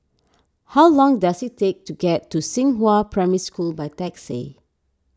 how long does it take to get to Xinghua Primary School by taxi